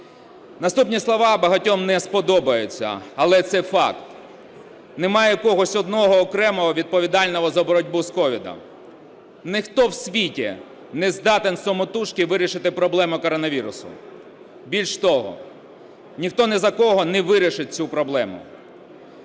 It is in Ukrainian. Наступні слова багатьом не сподобаються, але це факт. Немає якогось одного окремого відповідального за боротьбу з COVID. Ніхто в світі не здатен самотужки вирішити проблему коронавірусу, більш того, ніхто ні за кого не вирішить цю проблему.